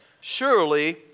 surely